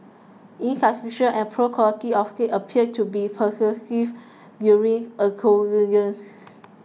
insufficient and poor quality of gate appear to be pervasive during